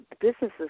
businesses